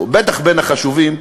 בטח בין החשובים,